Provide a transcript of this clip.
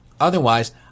otherwise